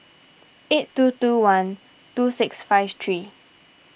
eight two two one two six five three